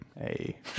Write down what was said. Hey